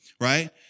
right